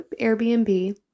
Airbnb